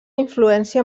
influència